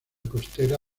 costera